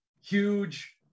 huge